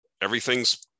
everything's